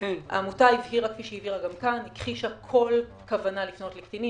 העמותה הכחישה כל כוונה לפנות לקטינים,